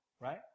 right